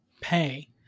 pay